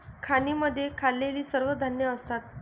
खाणींमध्ये खाल्लेली सर्व धान्ये असतात